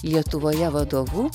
lietuvoje vadovu